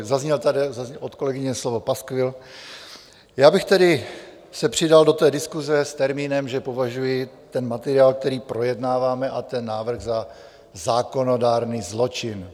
Zaznělo tady od kolegyně slovo paskvil, já bych tedy se přidal do diskuse s termínem, že považuji ten materiál, který projednáváme, a ten návrh za zákonodárný zločin.